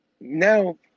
now